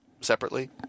separately